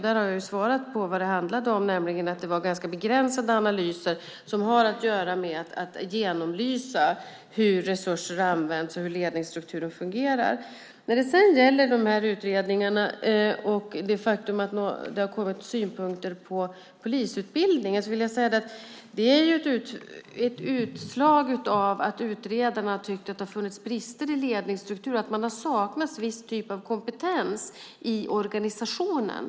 Där har jag svarat på vad det handlade om, nämligen att det var ganska begränsade analyser i syfte att genomlysa hur resurser används och hur ledningsstrukturen fungerar. Det faktum att det i utredningarna har kommit synpunkter på polisutbildningen är ett utslag av att utredarna har tyckt att det har funnits brister i ledningsstrukturen och att man har saknat en viss typ av kompetens i organisationen.